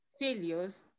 failures